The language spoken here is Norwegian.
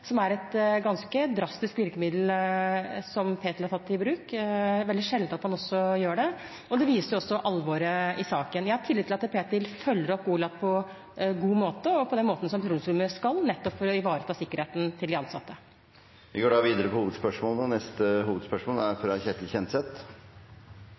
som er et ganske drastisk virkemiddel å ta i bruk. Det er veldig sjelden at man gjør det. Det viser også alvoret i saken. Jeg har tillit til at Petroleumstilsynet følger opp Goliat på en god måte, og på den måten som de skal, nettopp for å ivareta sikkerheten til de ansatte. Vi går videre til neste hovedspørsmål.